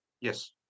yes